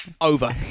over